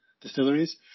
distilleries